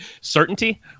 certainty